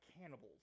cannibals